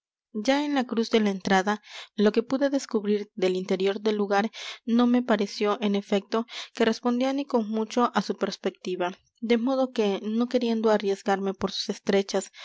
ya en la cruz de la entrada lo que pude descubrir del interior del lugar no me pareció en efecto que respondía ni con mucho á su perspectiva de modo que no queriendo arriesgarme por sus estrechas